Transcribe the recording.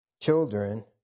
children